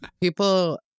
people